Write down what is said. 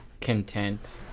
content